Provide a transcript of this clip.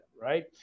right